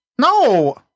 No